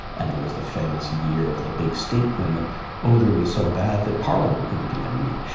and there was the famous year of the big stink when the odour was so bad that parliament couldn't even meet.